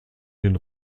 den